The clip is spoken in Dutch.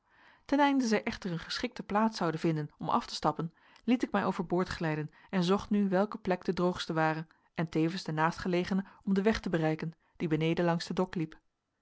ten einde zij echter een geschikte plaats zouden vinden om af te stappen liet ik mij overboord glijden en zocht nu welke plek de droogste ware en tevens de naastgelegene om den weg te bereiken die beneden langs den dok liep